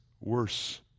worse